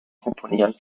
komponieren